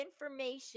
information